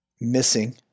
missing